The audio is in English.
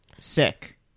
Sick